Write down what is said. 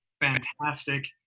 Fantastic